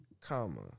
comma